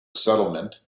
settlement